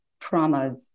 traumas